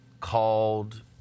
called